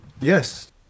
yes